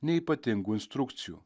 nei ypatingų instrukcijų